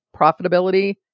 profitability